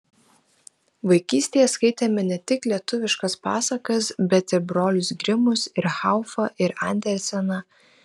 vaikystėje skaitėme ne tik lietuviškas pasakas bet ir brolius grimus ir haufą ir anderseną